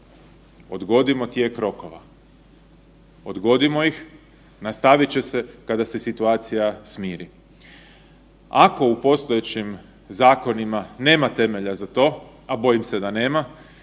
odgodimo tijek rokova, odgodimo ih, nastavit će se kada se situacija smiri. Ako u postojećim zakonima nema temelja za to, a bojim se da nema,